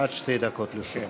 עד שתי דקות לרשותך.